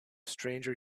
stranger